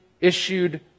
issued